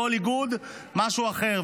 כל איגוד משהו אחר,